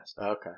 Okay